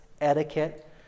etiquette